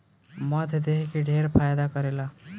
मध देह के ढेर फायदा करेला